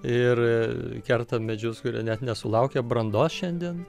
ir kertam medžius kurie net nesulaukę brandos šiandien